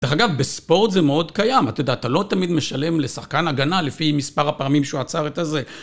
דרך אגב, בספורט זה מאוד קיים. אתה יודע, אתה לא תמיד משלם לשחקן הגנה לפי מספר הפעמים שהוא עצר את הזה.